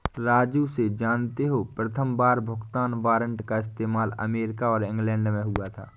राजू से जानते हो प्रथमबार भुगतान वारंट का इस्तेमाल अमेरिका और इंग्लैंड में हुआ था